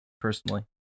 personally